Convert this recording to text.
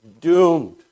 doomed